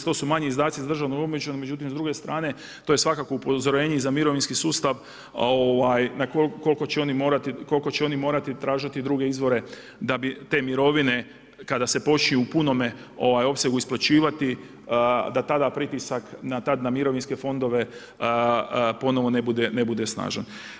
Što su manji izdaci na … međutim s druge strane to je svakako upozorenje i za mirovinski sustav na koliko će oni morati tražiti druge izvore da bi te mirovine kada se počnu u punom opsegu isplaćivati da tada pritisak na mirovinske fondove ponovo ne bude snažan.